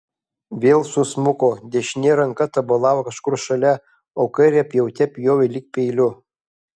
vėl susmuko dešinė ranka tabalavo kažkur šalia o kairę pjaute pjovė lyg peiliu